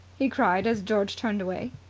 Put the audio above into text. he cried as george turned away.